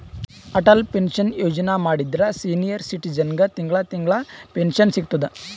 Atal pension Yojana ಮಾಡುದ್ರ senior ಸಿಟಿಜನ್ಗ ತಿಂಗಳಾ ತಿಂಗಳಾ ಪೆನ್ಶನ್ ಸಿಗ್ತುದ್